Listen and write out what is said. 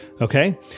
Okay